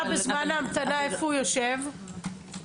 ואיפה הוא יושב בזמן ההמתנה?